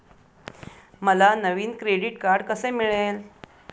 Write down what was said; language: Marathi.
मला नवीन क्रेडिट कार्ड कसे मिळेल?